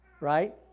right